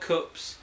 Cups